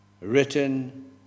written